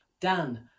Dan